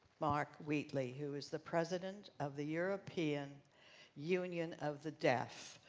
mark wheatley who is the president of the european union of the deaf.